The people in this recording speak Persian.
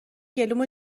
گلومو